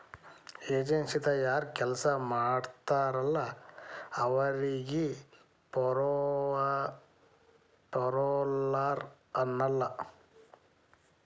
ಏಜನ್ಸಿಯಿಂದ ಯಾರ್ ಕೆಲ್ಸ ಮಾಡ್ತಾರಲ ಅವರಿಗಿ ಪೆರೋಲ್ಲರ್ ಅನ್ನಲ್ಲ